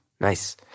Nice